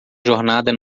jornada